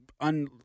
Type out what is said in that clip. un